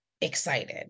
excited